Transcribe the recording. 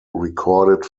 recorded